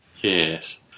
Yes